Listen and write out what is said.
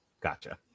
Gotcha